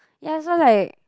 ya so like